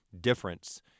difference